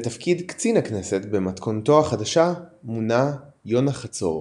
לתפקיד קצין הכנסת במתכונתו החדשה מונה יונה חצור.